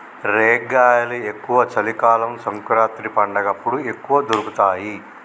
రేగ్గాయలు ఎక్కువ చలి కాలం సంకురాత్రి పండగప్పుడు ఎక్కువ దొరుకుతాయి